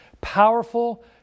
powerful